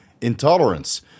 intolerance